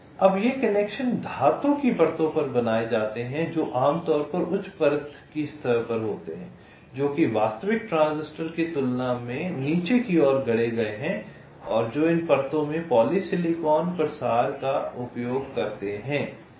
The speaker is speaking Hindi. अब ये कनेक्शन धातु की परतों पर बनाए जाते हैं जो आमतौर पर उच्च परत की सतह पर होते हैं जो कि वास्तविक ट्रांजिस्टर की तुलना में नीचे की ओर गढ़े गए हैं जो इन परतों में पॉलिसिलिकॉन प्रसार का उपयोग करते हैं